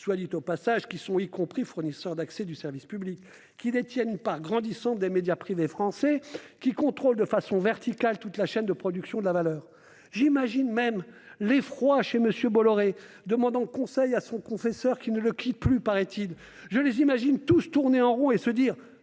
soit dit en passant, sont aussi fournisseurs d'accès au service public -, qui détiennent une part grandissante des médias privés français et contrôlent de façon verticale toute la chaîne de production de la valeur ! J'imagine même l'effroi de M. Bolloré, demandant conseil à son confesseur qui, paraît-il, ne le quitte plus ! Je les imagine tous tourner en rond, en se